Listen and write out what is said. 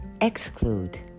exclude